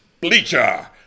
Bleacher